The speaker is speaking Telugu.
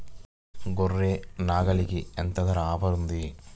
గొర్రె, నాగలికి ఎంత ధర ఆఫర్ ఉంది?